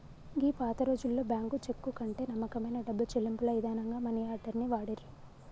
గీ పాతరోజుల్లో bank cheque కంటే నమ్మకమైన డబ్బు చెల్లింపుల ఇదానంగా మనీ ఆర్డర్ ని వాడిర్రు